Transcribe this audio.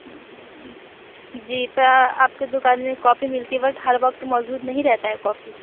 जी जी तो आपके दुकान में कॉफी मिलती बट हर वक्त मौजूद नहीं रहती है कॉफी